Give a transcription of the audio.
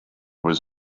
was